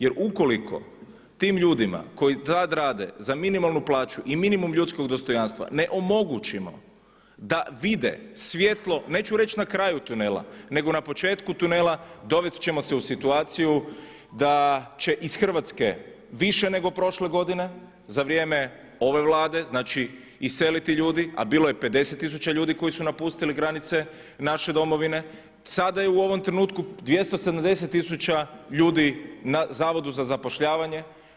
Jer ukoliko tim ljudima koji tad rade za minimalnu plaću i minimum ljudskog dostojanstva ne omogućimo da vide svjetlo, neću reći na kraju tunela nego na početku tunela dovesti ćemo se u situaciju da će iz Hrvatske više nego prošle godine za vrijeme ove Vlade, znači iseliti ljudi, a bilo je 50 tisuća ljudi koji su napustili granice naše Domovine, sada je u ovom trenutku 270 tisuća ljudi na Zavodu za zapošljavanje.